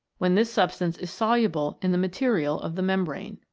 when this substance is soluble in the material of the membrane.